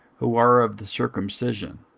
who are of the circumcision.